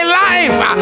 life